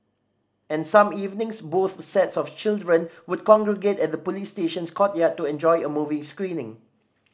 and some evenings both sets of children would congregate at the police station's courtyard to enjoy a movie screening